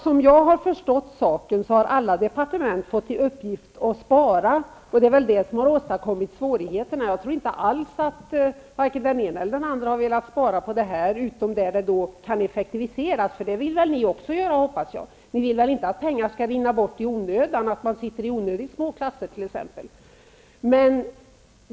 Som jag har förstått saken har alla departement fått i uppgift att spara, och det är väl det som har åstadkommit svårigheterna. Jag tror inte att vare sig den ena eller den andra har velat spara på detta, utom där man kan effektivisera. Det vill väl ni också göra, hoppas jag. Ni vill väl inte att pengar skall rinna bort i onödan, att man skall ha onödigt små klasser t.ex.?